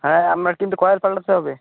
হ্যাঁ আপনার কিন্তু কয়েল পালটাতে হবে